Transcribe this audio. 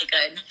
good